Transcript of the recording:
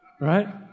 right